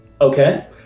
okay